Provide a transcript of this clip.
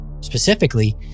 Specifically